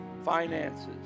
finances